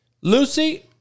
Lucy